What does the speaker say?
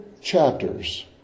chapters